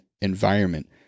environment